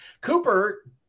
Cooper